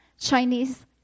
Chinese